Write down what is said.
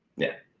yeah.